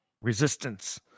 resistance